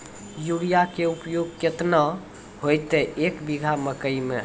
Urea के उपयोग केतना होइतै, एक बीघा मकई मे?